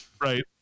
Right